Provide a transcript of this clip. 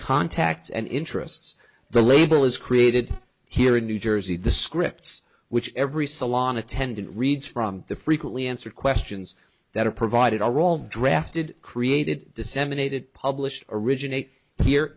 contacts and interests the label is created here in new jersey the scripts which every salon attendant reads from the frequently answer questions that are provided are all drafted created disseminated published originate here